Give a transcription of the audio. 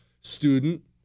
student